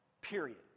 period